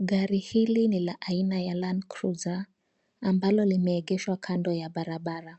Gari hili ni la aina ya Land Cruiser, ambalo limeegeshwa kando ya barabara,